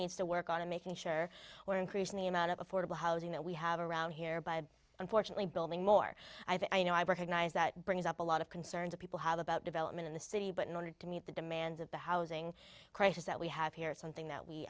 needs to work on making sure we're increasing the amount of affordable housing that we have around here by unfortunately building more i think i you know i recognize that brings up a lot of concerns people have about development in the city but in order to meet the demands of the housing crisis that we have here is something that we